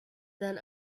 than